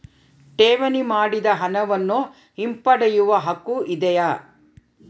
ಠೇವಣಿ ಮಾಡಿದ ಹಣವನ್ನು ಹಿಂಪಡೆಯವ ಹಕ್ಕು ಇದೆಯಾ?